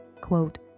Quote